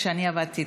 כשאני עבדתי,